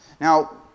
Now